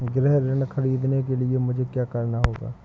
गृह ऋण ख़रीदने के लिए मुझे क्या करना होगा?